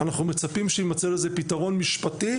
אנחנו מצפים שיימצא לזה פתרון משפטי,